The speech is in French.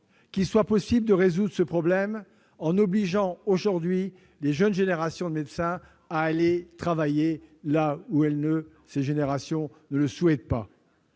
qu'il soit possible de résoudre ce problème en obligeant les jeunes générations de médecins à aller travailler là où elles ne le souhaitent pas.